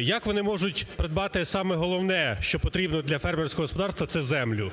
як вони можуть придбати саме головне, що потрібне для фермерського господарства – це землю?